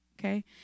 okay